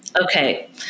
Okay